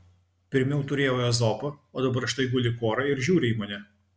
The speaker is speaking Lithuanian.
pirmiau turėjau ezopą o dabar štai guli kora ir žiūri į mane